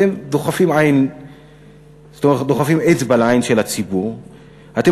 אתם דוחפים אצבע לעין של הציבור ואתם